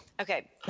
Okay